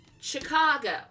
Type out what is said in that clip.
Chicago